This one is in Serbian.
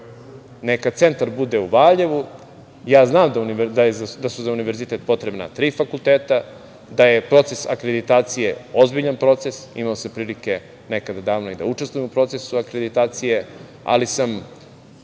Neka centar bude u Valjevu. Znam da su za univerzitet potrebna tri fakulteta, da je proces akreditacije ozbiljan proces, imao sam prilike nekada davno i da učestvujem u procesu akreditacije, ali sam